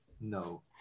No